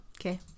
Okay